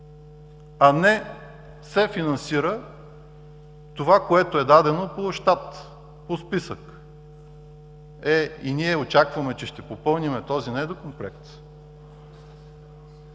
а не се финансира това, което е дадено по щат, по списък. Е, и ние очакваме, че ще попълним този недокомплект?!